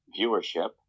viewership